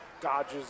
dodges